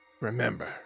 Remember